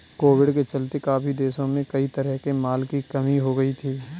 Covid के चलते काफी देशों में कई तरह के माल की कमी हो गई थी